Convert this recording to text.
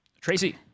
Tracy